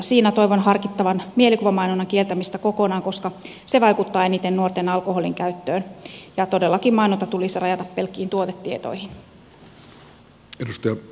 siinä toivon harkittavan mielikuvamainonnan kieltämistä kokonaan koska se vaikuttaa eniten nuorten alkoholinkäyttöön ja todellakin mainonta tulisi rajata pelkkiin tuotetietoihin